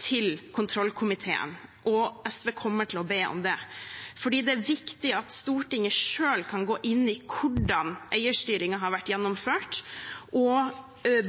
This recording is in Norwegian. til kontrollkomiteen. SV kommer til å be om det fordi det er viktig at Stortinget selv kan gå inn i hvordan eierstyringen har vært gjennomført,